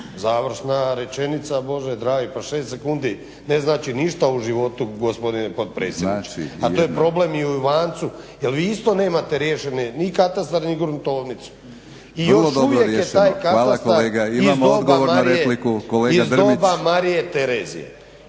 Završna rečenica Bože dragi, pa šest sekundi ne znači ništa u životu gospodine potpredsjedniče. A to je problem i u Ivancu jer vi isto nemate riješene ni katastar ni gruntovnicu. I još uvijek je taj… … /Govornici govore u isti